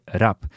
rap